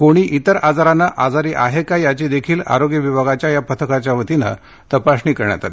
कोणी इतर आजारानं आजारी आहे का याची देखील आरोग्य विभागाच्या या पथकाच्या वतीने तपासणी करण्यात आली